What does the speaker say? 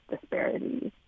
disparities